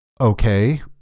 Okay